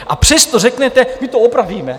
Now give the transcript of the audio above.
A přesto řeknete, my to opravíme.